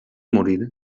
morir